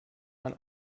man